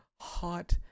hot